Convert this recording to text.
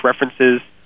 references